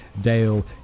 Dale